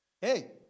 Hey